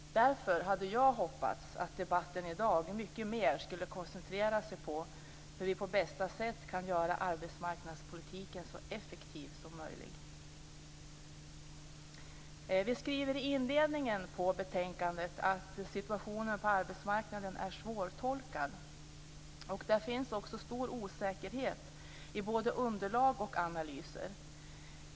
Därför hade jag hoppats att debatten i dag mycket mer skulle koncentreras på hur vi på bästa sätt kan göra arbetsmarknadspolitiken så effektiv som möjligt. Vi skriver i betänkandets inledning att situationen på arbetsmarknaden är svårtolkad. Det finns också en stor osäkerhet i både underlag och analyser.